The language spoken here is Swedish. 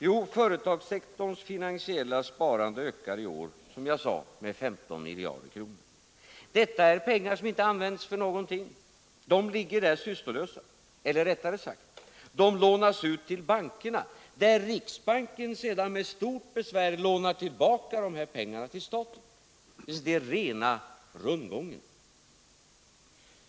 Jo, företagens finansiella sparande ökar i år, som jag påpekade, med 15 miljarder kronor. Det är pengar som inte används till någonting. De ligger sysslolösa. Eller rättare sagt: De lånas ut till bankerna, där riksbanken sedan med stort besvär lånar tillbaka pengarna till staten. Det är rena rundgången.